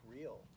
real